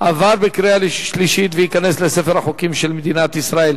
12 בעד, אין מתנגדים, אין נמנעים.